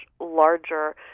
larger